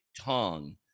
Tongue